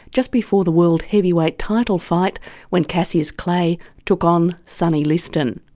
just before the world heavyweight title fight when cassius clay took on sonny liston.